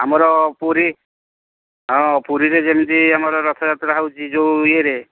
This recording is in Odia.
ଆମର ପୁରୀ ହଁ ପୁରୀରେ ଯେମିତି ଆମର ରଥଯାତ୍ରା ହେଉଛି ଯେଉଁ ଇଏରେ